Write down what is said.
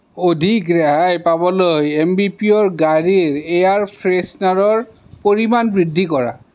অধিক ৰেহাই পাবলৈ এম্বিপিঅ'ৰ গাড়ীৰ এয়াৰ ফ্ৰেছনাৰৰ পৰিমাণ বৃদ্ধি কৰা